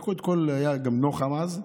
לקחו את כל, היה גם נוח"ם אז,